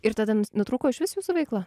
ir tada nutrūko išvis jūsų veikla